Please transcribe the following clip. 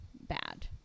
bad